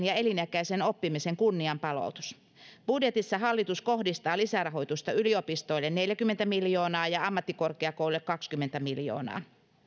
ja elinikäisen oppimisen kunnianpalautus budjetissa hallitus kohdistaa lisärahoitusta yliopistoille neljäkymmentä miljoonaa ja ammattikorkeakouluille kaksikymmentä miljoonaa